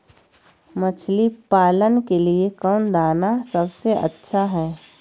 मछली पालन के लिए कौन दाना सबसे अच्छा है?